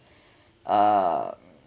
uh